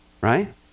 Right